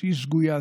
שהיא שגויה.